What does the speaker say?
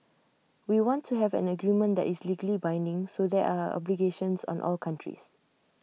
we want to have an agreement that is legally binding so there are obligations on all countries